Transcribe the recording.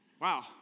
Wow